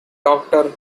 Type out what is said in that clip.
doctor